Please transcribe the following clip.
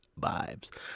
vibes